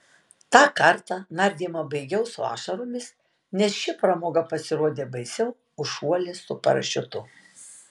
tą kartą nardymą baigiau su ašaromis nes ši pramoga pasirodė baisiau už šuolį su parašiutu